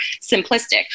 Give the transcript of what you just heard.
simplistic